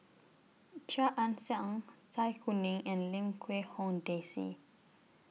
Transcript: Chia Ann Siang Zai Kuning and Lim Quee Hong Daisy